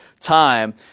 time